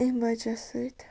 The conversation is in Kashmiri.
امہِ وجہ سۭتۍ